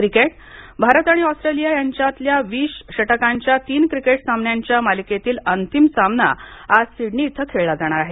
cricket Bharat आणि Australia यांच्यातला वीस षटकांच्या तीन सामन्यांच्या मालिकेतील अंतिम सामना आज सिडनी इथं खेळला जाणार आहे